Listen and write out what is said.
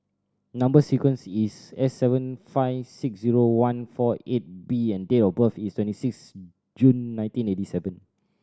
number sequence is S seven five six zero one four eight B and date of birth is twenty six June nineteen eighty seven